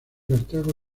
cartago